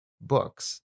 books